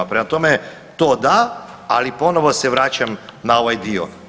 Prema tome, to da ali ponovo se vraćam na ovaj dio.